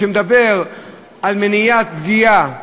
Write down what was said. שמדבר על מניעת פגיעה בגוף,